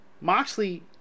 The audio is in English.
Moxley